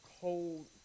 cold